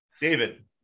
David